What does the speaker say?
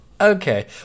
okay